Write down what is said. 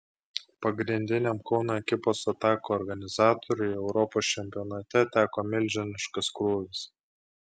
pagrindiniam kauno ekipos atakų organizatoriui europos čempionate teko milžiniškas krūvis